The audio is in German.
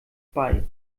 bei